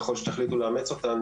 ככל שתחליטו לאמץ אותן,